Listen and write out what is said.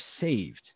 saved